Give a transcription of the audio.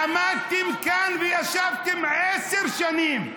עמדתם כאן, וישבתם עשר שנים,